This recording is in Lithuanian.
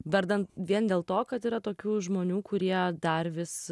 vardan vien dėl to kad yra tokių žmonių kurie dar vis